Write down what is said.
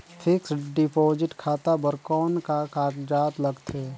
Fixed deposit खाता बर कौन का कागजात लगथे?